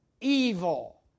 evil